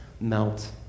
melt